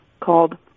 called